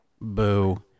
Boo